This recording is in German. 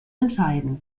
entscheiden